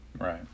Right